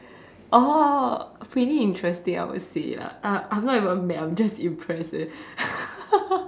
oh really interesting I will say lah uh I'm not even mad I'm just impressed eh